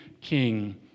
King